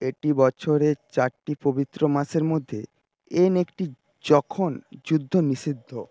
এটি বছরের চারটি পবিত্র মাসের মধ্যে এন একটি যখন যুদ্ধ নিষিদ্ধ